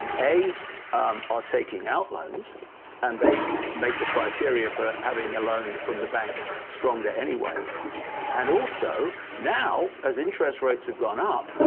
and um are taking out loans and they make the criteria for having a loan from the bank stronger anyway and also, now, as interest rates have gone up,